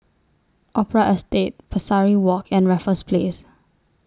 Opera Estate Pesari Walk and Raffles Place